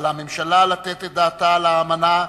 על הממשלה לתת את דעתה על האמנה,